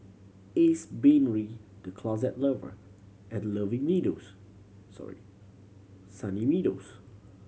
Ace Brainery The Closet Lover and Loving Meadows Sorry Sunny Meadows